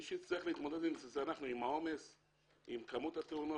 מי שיצטרך להתמודד עם זה זה אנחנו עם העומס ועם כמות התאונות.